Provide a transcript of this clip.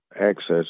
access